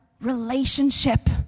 relationship